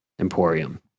emporium